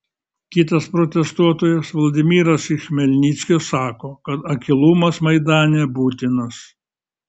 kitas protestuotojas vladimiras iš chmelnickio sako kad akylumas maidane būtinas